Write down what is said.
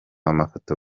amafoto